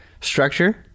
structure